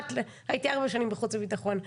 הייתי ארבע שנים בחוץ וביטחון.